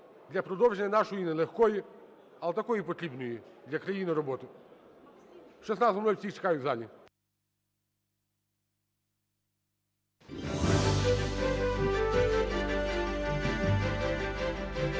для продовження нашої нелегкою, але такої потрібно для країни роботи. О 16:00 всіх чекаю в залі.